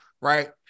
right